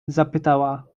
zapytała